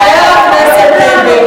חבר הכנסת לוין.